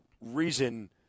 reason